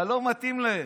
אבל לא מתאים להם,